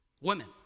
Women